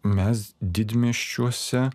mes didmiesčiuose